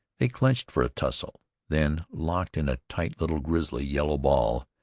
they clenched for a tussle then, locked in a tight, little grizzly yellow ball,